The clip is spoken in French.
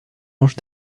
anges